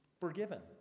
forgiven